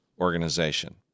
organization